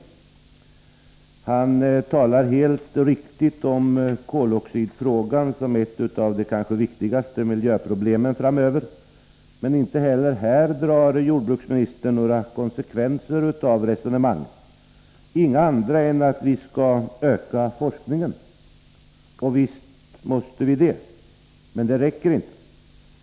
Jordbruksministern talar helt riktigt om koldioxidfrågan som ett av de kanske viktigaste miljöproblemen framöver, men inte heller här drar han några konsekvenser av sitt resonemang — inga andra än att vi skall öka forskningen. Och visst måste vi det, men det räcker inte.